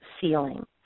ceiling